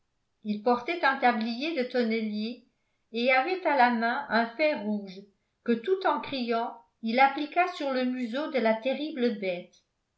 il portait un tablier de tonnelier et avait à la main un fer rouge que tout en criant il appliqua sur le museau de la terrible bête